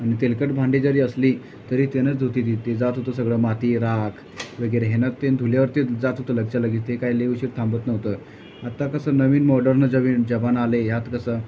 आणि तेलकट भांडी जरी असली तरी त्यानंच धुतात ते जात होतं सगळं माती राख वगैरे ह्यानं ते धुल्यावरतीच जात होतं लगेच्यालगेच ते काय लई उशीर थांबत नव्हतं आत्ता कसं नवीन मॉडर्न जमीन जमाना आलं आहे ह्यात कसं